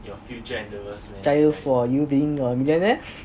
jiayous for you being your millionaire